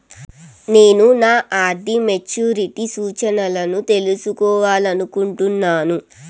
నేను నా RD maturity సూచనలను తెలుసుకోవాలనుకుంటున్నాను